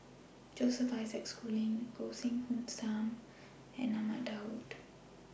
Joseph Isaac Schooling Goh Heng Soon SAM and Ahmad Daud